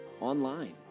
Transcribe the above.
online